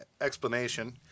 explanation